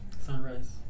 Sunrise